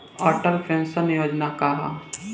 Atal pension योजना का ह?